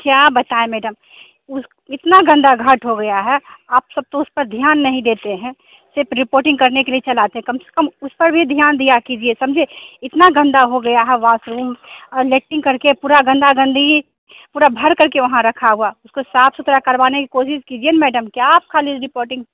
क्या बताए मैडम उस इस इतना गंदा घाट हो गया है आप सब उस पर ध्यान नहीं देते हैं सिर्फ रिपोर्टिंग करने के लिए चले आते हैं कम से कम उस पर भी ध्यान दिया कीजिए समझे इतना गंदा हो गया है बाथरूम और लैंक्टिंग करके पूरा गंदा गंदगी पूरा भर करके वहाँ रखा हुआ उसको साफ सुथरा करवाने की कोशिश कीजिए मैडम क्या आप खाली रिपोर्टिंग